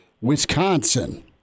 Wisconsin